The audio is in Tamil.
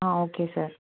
ah okay sir